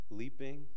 leaping